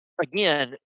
again